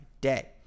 day